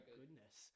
goodness